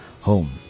home